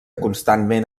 constantment